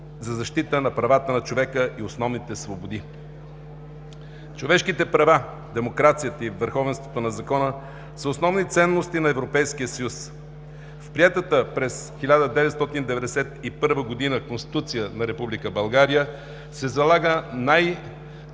за защита на правата на човека и основните свободи. Човешките права, демокрацията и върховенството на закона са основни ценности на Европейския съюз. В приетата през 1991 г. Конституция на Република България се залагат най-важните